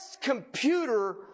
computer